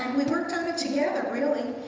we worked on it together really.